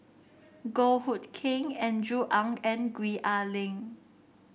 Goh Hood Keng Andrew Ang and Gwee Ah Leng